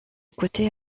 côté